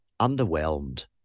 underwhelmed